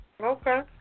Okay